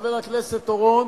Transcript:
חבר הכנסת אורון,